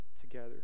together